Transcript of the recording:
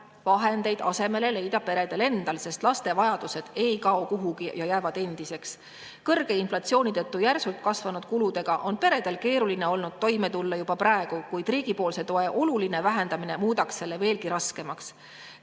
vahendeid asemele leida peredel endal, sest laste vajadused ei kao kuhugi ja jäävad endiseks. Kõrge inflatsiooni tõttu järsult kasvanud kuludega on peredel keeruline olnud toime tulla juba praegu, kuid riigipoolse toe oluline vähendamine muudaks selle veelgi raskemaks. Kärbetega